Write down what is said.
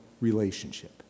relationship